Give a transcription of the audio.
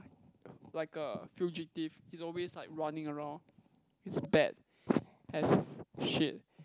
like a fugitive he's always like running around he's bad as shit